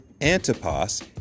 Antipas